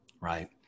right